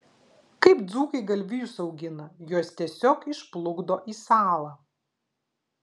kaip dzūkai galvijus augina juos tiesiog išplukdo į salą